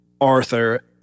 Arthur